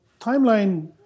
timeline